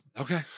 Okay